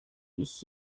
ich